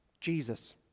Jesus